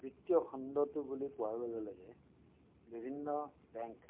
বিত্তীয় খণ্ডটো বুলি কোৱাৰ লগে লগে বিভিন্ন বেংক